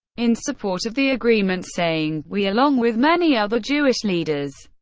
in support of the agreement, saying we, along with many other jewish leaders,